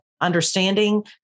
understanding